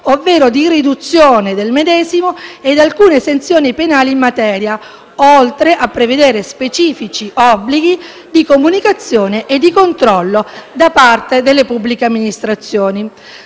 ovvero di riduzione del medesimo, e alcune sanzioni penali in materia, oltre a prevedere specifici obblighi di comunicazione e di controllo da parte di pubbliche amministrazioni.